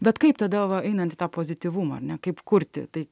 bet kaip tada va einant į tą pozityvumą ar ne kaip kurti tai